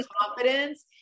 confidence